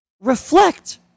reflect